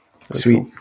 Sweet